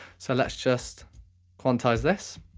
so let's just quantize this,